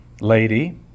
Lady